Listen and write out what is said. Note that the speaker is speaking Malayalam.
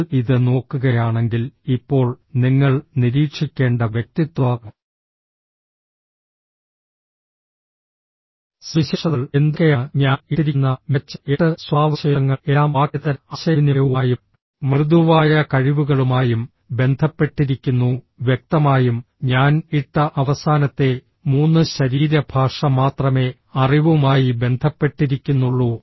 നിങ്ങൾ ഇത് നോക്കുകയാണെങ്കിൽ ഇപ്പോൾ നിങ്ങൾ നിരീക്ഷിക്കേണ്ട വ്യക്തിത്വ സവിശേഷതകൾ എന്തൊക്കെയാണ് ഞാൻ ഇട്ടിരിക്കുന്ന മികച്ച 8 സ്വഭാവവിശേഷങ്ങൾ എല്ലാം വാക്കേതര ആശയവിനിമയവുമായും മൃദുവായ കഴിവുകളുമായും ബന്ധപ്പെട്ടിരിക്കുന്നു വ്യക്തമായും ഞാൻ ഇട്ട അവസാനത്തെ 3 ശരീരഭാഷ മാത്രമേ അറിവുമായി ബന്ധപ്പെട്ടിരിക്കുന്നുള്ളൂ